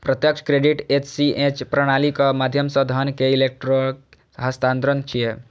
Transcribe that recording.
प्रत्यक्ष credit ACH प्रणालीक माध्यम सं धन के इलेक्ट्रिक हस्तांतरण छियै